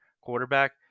quarterback